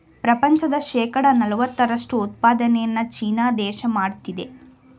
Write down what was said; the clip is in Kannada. ಪ್ರಪಂಚದ ಶೇಕಡ ನಲವತ್ತರಷ್ಟು ಉತ್ಪಾದನೆಯನ್ನು ಚೀನಾ ದೇಶ ಮಾಡುತ್ತಿದೆ